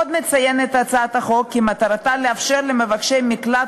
עוד מציינת הצעת החוק כי מטרתה לאפשר למבקשי מקלט